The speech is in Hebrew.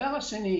הדבר שני,